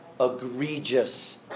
egregious